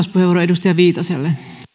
edustaja viitaselle